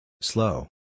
Slow